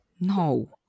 No